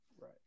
Right